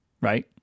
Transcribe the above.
right